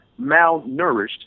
malnourished